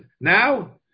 now